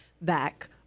back